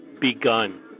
begun